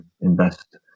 invest